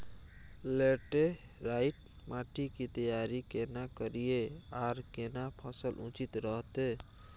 Laterite माटी की तैयारी केना करिए आर केना फसल उचित रहते?